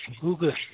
Google